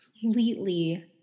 completely